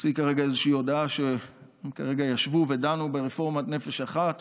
הוציא כרגע הודעה שהם כרגע ישבו ודנו ברפורמת נפש אחת